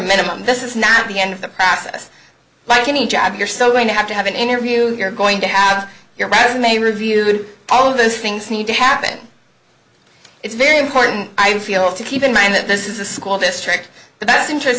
minimum this is not the end of the process like any job you're so going to have to have an interview you're going to have your back from a review all of those things need to happen it's very important i feel to keep in mind that this is a school district the best interest